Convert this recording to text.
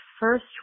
first